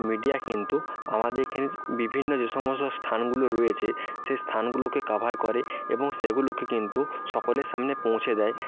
media কিন্তু আমাদের এখানে বিভিন্ন যে সমস্ত স্থানগুলো রয়েছে সে স্থানগুলোকে কভার করে এবং সেগুলোকে কিন্তু সকলের সামনে পৌঁছে দেয়